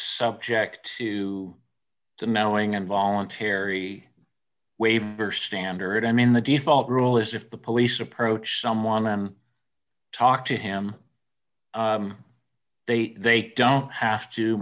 subject to the mellowing and voluntary waiver standard i mean the default rule is if the police approach someone talk to him they they don't have to